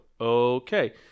Okay